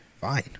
Fine